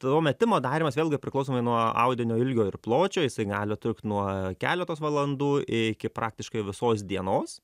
to metimo darymas vėlgi priklausomai nuo audinio ilgio ir pločio jisai gali trukt nuo keletos valandų iki praktiškai visos dienos